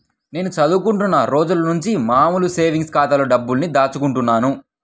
నేను చదువుకుంటున్న రోజులనుంచి మామూలు సేవింగ్స్ ఖాతాలోనే డబ్బుల్ని దాచుకుంటున్నాను